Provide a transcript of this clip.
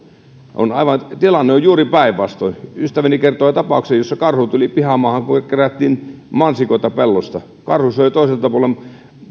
tilanne on juuri päinvastoin ystäväni kertoi tapauksen jossa karhu tuli pihamaahan kun kerättiin mansikoita pellolta karhu söi toiselta puolen